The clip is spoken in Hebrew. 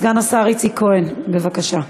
סגן השר איציק כהן, בבקשה.